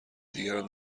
دیگران